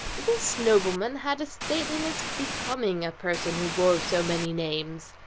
this nobleman had a stateliness becoming a person who bore so many names.